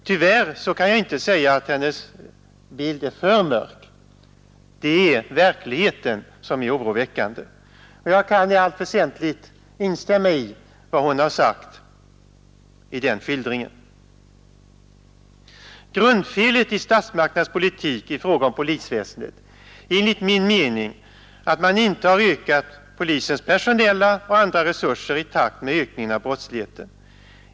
Tyvärr kan jag inte säga att hennes bild är alltför mörk. Det är verkligheten som är oroväckande. Jag kan i allt väsentligt instämma i vad hon har sagt i den skildringen. Grundfelet i statsmakternas politik vad beträffar polisväsendet är enligt min mening att man inte har ökat polisens personella och andra resurser i takt med ökningen av brottsligheten.